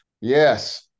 yes